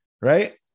right